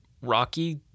Rocky